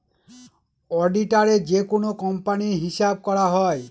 অডিটারে যেকোনো কোম্পানির হিসাব করা হয়